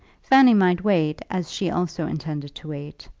fanny might wait as she also intended to wait.